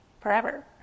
forever